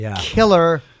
killer